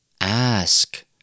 Ask